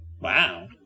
Wow